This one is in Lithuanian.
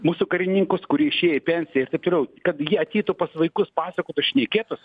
mūsų karininkus kurie išėję į pensiją ir taip toliau kad jie ateitų pas vaikus pasakotų šnekėtųs